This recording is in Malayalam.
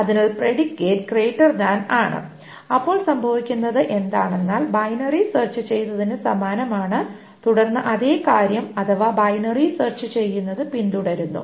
അതിനാൽ പ്രെഡിക്കേറ്റ് ഗ്രെയ്റ്റർ താൻ ആണ് അപ്പോൾ സംഭവിക്കുന്നത് എന്താണെന്നാൽ ബൈനറി സെർച്ച് ചെയ്തതിന് സമാനമാണ് തുടർന്ന് അതേ കാര്യം അഥവാ ബൈനറി സെർച്ച് ചെയ്യുന്നത് പിന്തുടരുന്നു